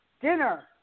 dinner